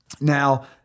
Now